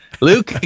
Luke